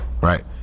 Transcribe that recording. Right